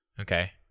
Okay